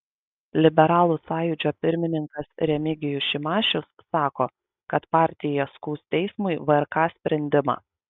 liberalų sąjūdžio pirmininkas remigijus šimašius sako kad partija skųs teismui vrk sprendimą